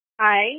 Hi